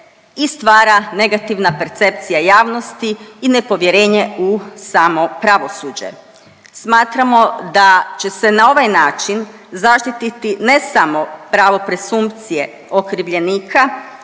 i stvara negativna percepcija javnosti i nepovjerenje u samo pravosuđe. Smatramo da će se na ovaj način zaštititi ne samo presumpcije okrivljenika